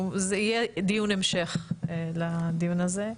שיהיה דיון המשך לדיון הזה.